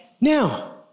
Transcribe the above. Now